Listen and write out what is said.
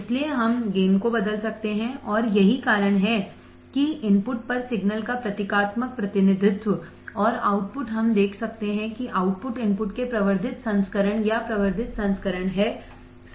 इसलिए हम गेन को बदल सकते हैं और यही कारण है कि इनपुट पर सिग्नल का प्रतीकात्मक प्रतिनिधित्व और आउटपुट हम देख सकते हैं कि आउटपुट इनपुट के प्रवर्धित संस्करण या प्रवर्धित संस्करण है सही है